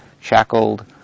shackled